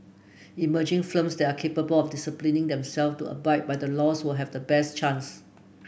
emerging firms there are capable of disciplining themselve to abide by the laws will have the best chance